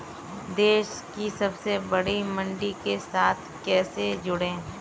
देश की सबसे बड़ी मंडी के साथ कैसे जुड़ें?